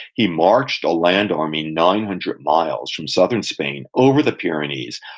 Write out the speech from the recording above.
he marched a land army nine hundred miles from southern spain over the pyrenees,